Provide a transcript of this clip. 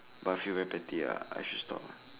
but I feel very petty ya I should stop eh